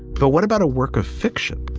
but what about a work of fiction?